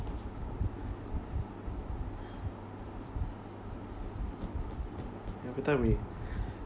every time we